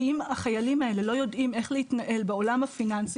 כי אם החיילים האלה לא יודעים איך להתנהל בעולם הפיננסי,